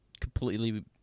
completely